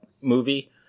movie